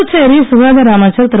புதுச்சேரி சுகாதார அமைச்சர் திரு